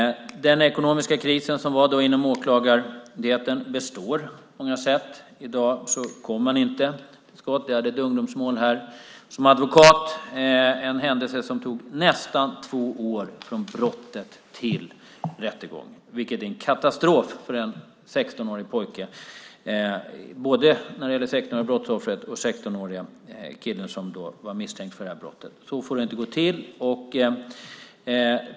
Den ekonomiska krisen som då var inom Åklagarmyndigheten består på många sätt. I dag kommer man inte till skott. Jag hade som advokat ett ungdomsmål där det tog nästan två år från att brottet begicks till rättegången. Det är en katastrof för en 16-åring, både när det gäller det 16-åriga brottsoffret och den 16-åriga kille som var misstänkt för det här brottet. Så får det inte gå till.